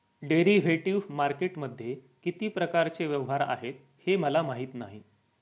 derivative मार्केटमध्ये किती प्रकारचे व्यवहार आहेत हे मला माहीत नाही